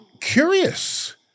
curious